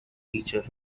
teacher